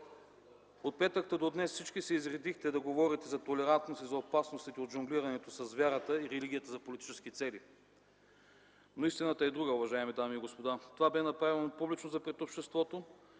От петък та до днес всички се изредихте да говорите за толерантност и за опасностите от жонглирането с вярата и религията за политически цели, но истината е друга, уважаеми дами и господа. Това бе направено публично за пред обществото,